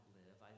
live